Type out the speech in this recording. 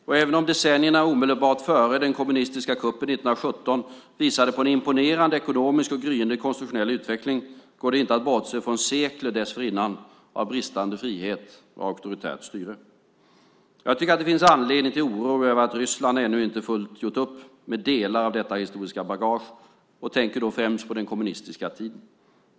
Och även om decennierna omedelbart före den kommunistiska kuppen 1917 visade på en imponerande ekonomisk och gryende konstitutionell utveckling går det inte att bortse från sekler dessförinnan av bristande frihet och auktoritärt styre. Jag tycker att det finns anledning till oro över att Ryssland ännu inte fullt ut gjort upp med delar av detta historiska bagage - och tänker då främst på den kommunistiska tiden.